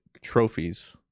trophies